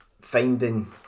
finding